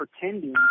pretending